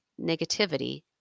negativity